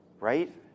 Right